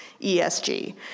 ESG